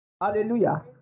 Hallelujah